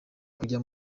kujya